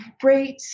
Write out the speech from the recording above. great